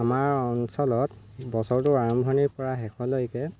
আমাৰ অঞ্চলত বছৰটোৰ আৰম্ভণিৰ পৰা শেষলৈকে